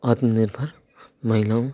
आत्मनिर्भर महिलाएँ